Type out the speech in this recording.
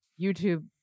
YouTube